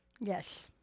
Yes